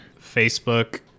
Facebook